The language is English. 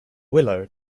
willow